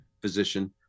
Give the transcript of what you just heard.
physician